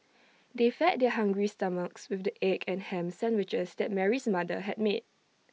they fed their hungry stomachs with the egg and Ham Sandwiches that Mary's mother had made